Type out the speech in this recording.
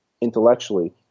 intellectually